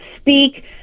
speak